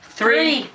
three